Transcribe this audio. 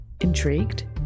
Intrigued